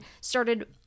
started